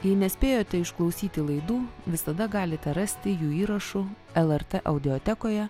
jei nespėjote išklausyti laidų visada galite rasti jų įrašų lrt audiotekoje